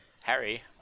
Harry